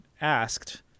asked